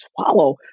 swallow